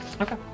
okay